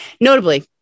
Notably